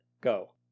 Go